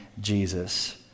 Jesus